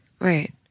Right